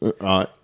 right